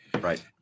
Right